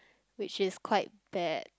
which is quite bad